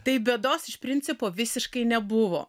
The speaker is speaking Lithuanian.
tai bėdos iš principo visiškai nebuvo